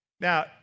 Now